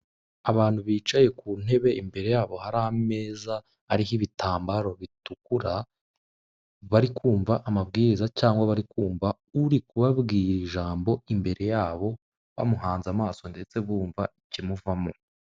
Abantu bicaye ku ntebe imbere yabo hari ameza hariho ibitambaro bitukura, bari kumva amabwiriza cyangwa bari kumva uri kubabwira ijambo imbere yabo, bamuhanze amaso ndetse bumva ikimuvamo.